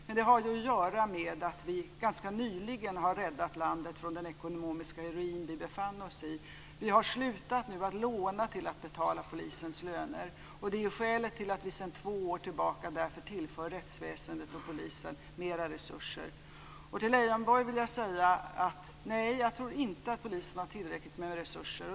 Men det har att göra med att vi ganska nyligen har räddat landet från den ekonomiska ruin vi befann oss i. Vi har slutat nu att låna till att betala polisens löner. Det är skälet till att vi sedan två år tillbaka tillför rättsväsendet och polisen mera resurser. Till Leijonborg vill jag säga: Nej, jag tror inte att polisen har tillräckligt med resurser.